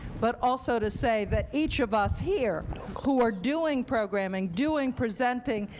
but also to say that each of us here who are doing programming, doing presenting,